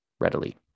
readily